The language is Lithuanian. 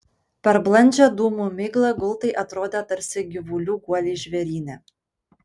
per blandžią dūmų miglą gultai atrodė tarsi gyvulių guoliai žvėryne